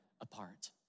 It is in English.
apart